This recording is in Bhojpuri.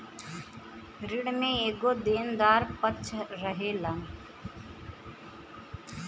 ऋण में एगो देनदार पक्ष रहेलन